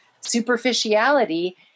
superficiality